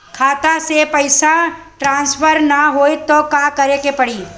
खाता से पैसा टॉसफर ना होई त का करे के पड़ी?